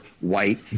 white